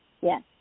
yes